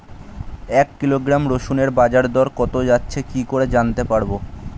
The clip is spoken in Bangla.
এক কিলোগ্রাম রসুনের বাজার দর কত যাচ্ছে কি করে জানতে পারবো?